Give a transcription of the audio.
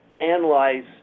analyze